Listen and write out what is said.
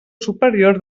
superior